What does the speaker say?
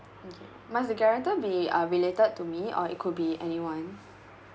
okay must the guarantor be uh related to me or it could be anyone